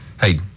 Hey